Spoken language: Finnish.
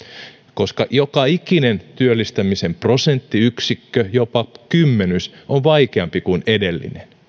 koska joka ikinen työllistämisen prosenttiyksikkö jopa kymmenys on vaikeampi kuin edellinen